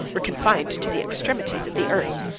were confined to the extremities of the earth,